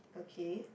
okay